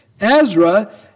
Ezra